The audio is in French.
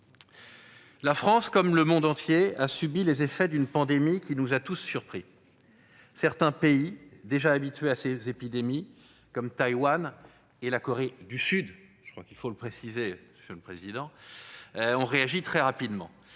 La France, comme le monde entier, a subi les effets d'une pandémie qui nous a tous surpris. Certains pays, déjà habitués à ces épidémies, comme Taïwan et la Corée du Sud, ont réagi très rapidement